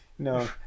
no